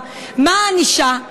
מה הענישה?